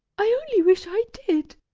i only wish i did.